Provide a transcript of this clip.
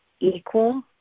equal